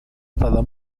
stata